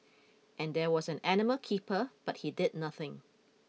and there was an animal keeper but he did nothing